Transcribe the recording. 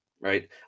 right